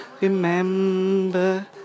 remember